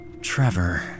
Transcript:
Trevor